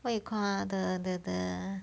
what you call ah the the the